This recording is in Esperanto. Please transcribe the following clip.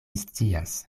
scias